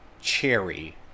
Cherry